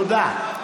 תודה.